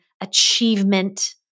achievement